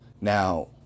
now